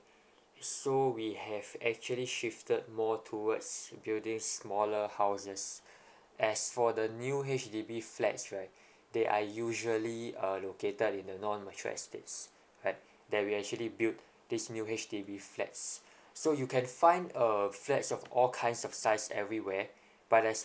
so we have actually shifted more towards building smaller houses as for the new H_D_B flats right they are usually err located in the non mature estates right that we actually built this new H_D_B flats so you can find err flats of all kinds of size everywhere but as